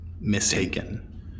mistaken